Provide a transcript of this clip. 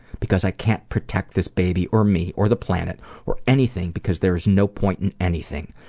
because i can't protect this baby or me or the planet or anything because there is no point in anything.